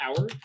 hour